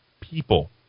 people